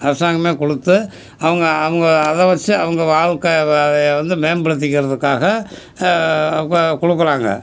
அரசாங்கமே கொடுத்து அவங்க அவங்க அதை வெச்சே அவங்க வாழ்க்கை வகையை வந்து மேம்படுத்திக்கிறதுக்காக கு கொடுக்குறாங்க